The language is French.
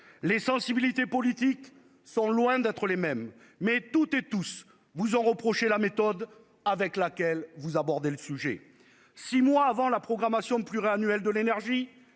les sensibilités politiques sont loin d'être les mêmes, mais tous vous ont reproché la méthode avec laquelle vous avez abordé le sujet. Près de six mois avant la nouvelle programmation pluriannuelle de l'énergie,